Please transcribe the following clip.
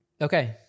okay